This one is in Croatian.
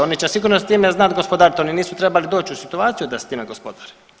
Oni će sigurno s time znati gospodarit, oni nisu trebali doći u situaciju da s time gospodare.